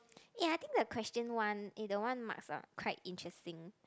ya I think the question one eh the one must ah quite interesting